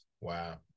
Wow